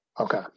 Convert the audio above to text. Okay